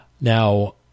Now